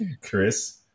Chris